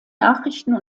nachrichten